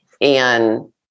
And-